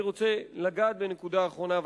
אני רוצה לגעת בנקודה אחרונה.